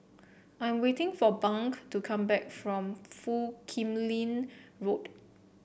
I'm waiting for Bunk to come back from Foo Kim Lin Road